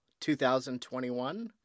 2021